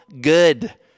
good